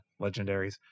legendaries